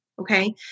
Okay